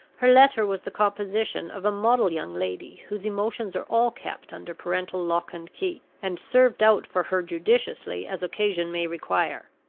her letter was the composition of a model young lady whose emotions are all kept under parental lock and key, and served out for her judiciously as occasion may require.